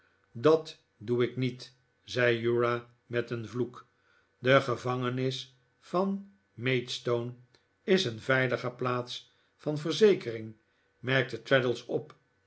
dat doe ik niet zei uriah met een vloek de gevangenis van maidstone is een veiliger plaats van verzekering merkte traddles op